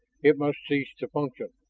it must cease to function.